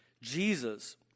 Jesus